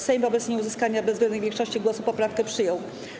Sejm wobec nieuzyskania bezwzględnej większości głosów poprawkę przyjął.